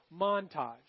montage